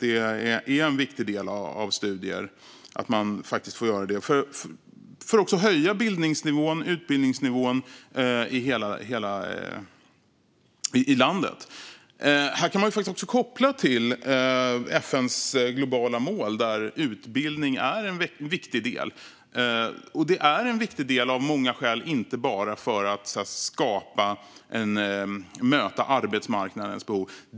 Det är en viktig del när vi talar om studier: att man faktiskt får göra det, så att vi kan höja bildningsnivån och utbildningsnivån i hela landet. Här kan man också koppla till FN:s globala mål, där utbildning är en viktig del. Det är den av många skäl, inte bara för att möta arbetsmarknadens behov.